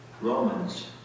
Romans